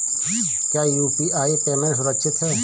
क्या UPI payment सुरक्षित है?